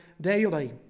daily